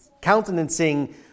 countenancing